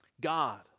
God